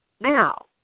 Now